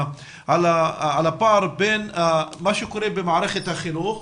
על הפער בין מה שקורה במערכת החינוך,